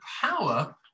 power